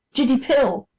jiddy. pill.